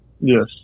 yes